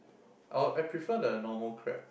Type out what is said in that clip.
I would I prefer the normal crab